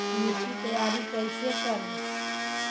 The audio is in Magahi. मिट्टी तैयारी कैसे करें?